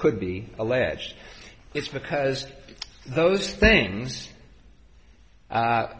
could be alleged it's because those things are